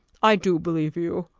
i do believe you,